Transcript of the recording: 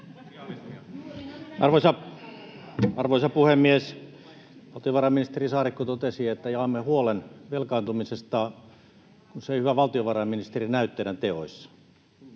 Arvoisa puhemies! Valtiovarainministeri Saarikko totesi, että jaamme huolen velkaantumisesta. Se ei, hyvä valtiovarainministeri, näy teidän teoissanne.